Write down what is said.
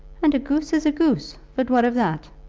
and a goose is a goose but what of that?